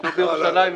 ישנו בירושלים.